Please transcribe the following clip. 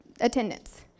attendance